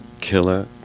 Killer